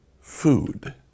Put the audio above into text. food